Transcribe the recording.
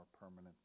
permanent